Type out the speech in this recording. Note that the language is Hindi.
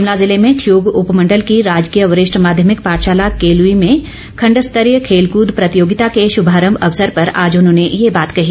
शिमला जिले मे ठियोग उपमंडल की राजकीय वरिष्ठ माध्मयिक पाठशाला केलवी में खंड स्तरीय खेल कूद प्रतियोगिता के शुभारंभ अवसर पर आज उन्होंने ये बात कही